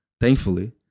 thankfully